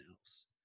else